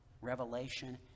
revelation